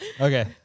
Okay